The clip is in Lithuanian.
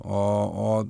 o o